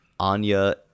Anya